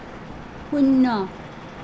শূন্য